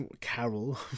Carol